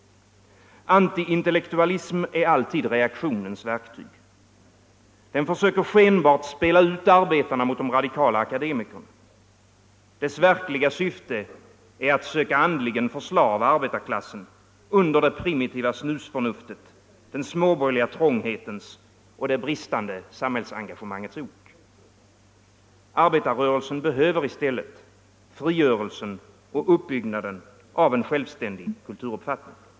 Antiintellektualism är alltid reaktionens verktyg. Den försöker skenbart spela ut arbetarna mot de radikala akademikerna. Dess verkliga syfte är att söka andligen förslava arbetarklassen under det primitiva snusförnuftets, den småborgerliga trånghetens och det bristande samhällsengagemangets ok. Arbetarrörelsen behöver i stället frigörelsen och uppbyggnaden av en självständig kulturuppfattning.